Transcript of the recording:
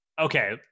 okay